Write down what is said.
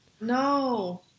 No